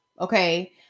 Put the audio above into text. Okay